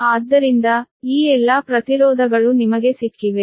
ಆದ್ದರಿಂದ ಈ ಎಲ್ಲಾ ಪ್ರತಿರೋಧಗಳು ನಿಮಗೆ ಸಿಕ್ಕಿವೆ